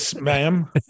ma'am